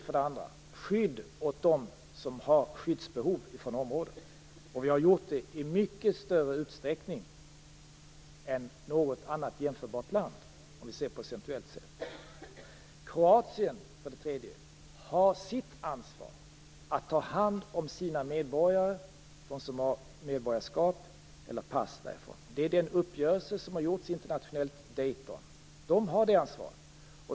För det andra ger Sverige skydd åt dem från området som har skyddsbehov. Det har Sverige, procentuellt sett, gjort i mycket större utsträckning än något annat jämförbart land. För det tredje har Kroatien sitt ansvar att ta hand om sina medborgare - dem som har medborgarskap eller pass därifrån. Det är innebörden i den uppgörelse som gjorts internationellt i och med Dayton. Kroatien har detta ansvar.